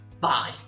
bye